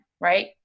right